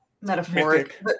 metaphoric